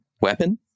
weapon